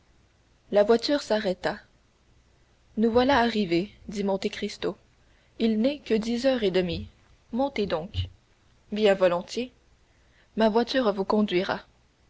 la voiture s'arrêta nous voilà arrivés dit monte cristo il n'est que dix heures et demie montez donc bien volontiers ma voiture vous conduira